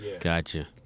Gotcha